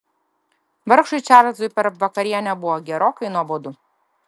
vargšui čarlzui per vakarienę buvo gerokai nuobodu